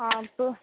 आप